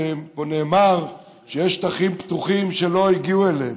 פה נאמר שיש שטחים פתוחים שלא הגיעו אליהם,